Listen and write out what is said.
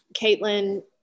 Caitlin